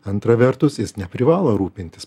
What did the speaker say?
antra vertus jis neprivalo rūpintis